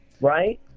right